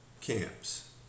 camps